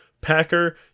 Packer